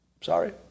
Sorry